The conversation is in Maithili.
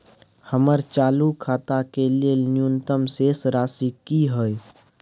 हमर चालू खाता के लेल न्यूनतम शेष राशि की हय?